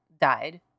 died